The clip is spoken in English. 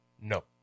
No